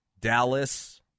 Dallas